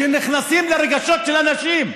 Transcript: שנכנסים לרגשות של אנשים.